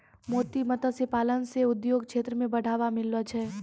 मोती मत्स्य पालन से उद्योग क्षेत्र मे बढ़ावा मिललो छै